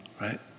right